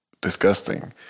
disgusting